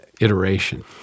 iteration